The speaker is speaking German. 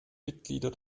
mitglieder